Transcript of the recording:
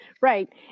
right